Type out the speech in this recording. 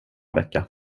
vecka